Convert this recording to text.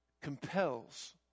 compels